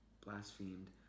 blasphemed